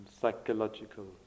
psychological